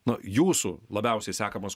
na jūsų labiausiai sekamas